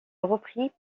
repris